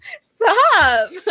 Stop